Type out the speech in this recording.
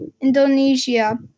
Indonesia